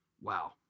Wow